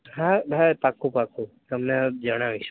હા હા પાક્કું પાક્કું તમને જણાવીશ